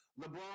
LeBron